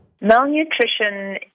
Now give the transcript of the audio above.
Malnutrition